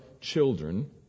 children